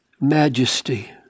majesty